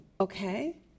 Okay